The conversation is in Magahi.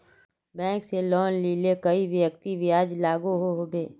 बैंक से लोन लिले कई व्यक्ति ब्याज लागोहो होबे?